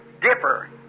dipper